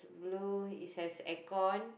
blue it's has aircon